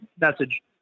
message